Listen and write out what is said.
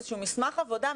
איזה שהוא מסמך עבודה,